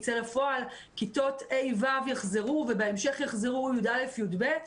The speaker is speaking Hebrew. כיתות ה'-ו' יחזרו ובהמשך יחזרו כיתות יא'-יב'.